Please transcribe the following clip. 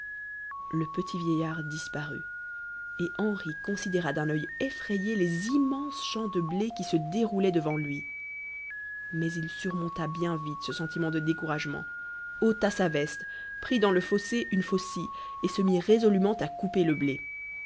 le petit vieillard disparut et henri considéra d'un oeil effrayé les immenses champs de blé qui se déroulaient devant lui mais il surmonta bien vite ce sentiment de découragement ôta sa veste prit dans le fossé une faucille et se mit résolument à couper le blé